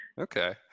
Okay